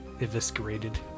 eviscerated